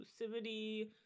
exclusivity